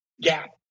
gap